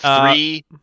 three